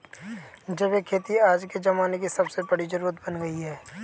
जैविक खेती आज के ज़माने की सबसे बड़ी जरुरत बन गयी है